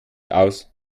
aus